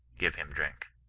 give him drink.